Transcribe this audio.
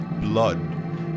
blood